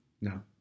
No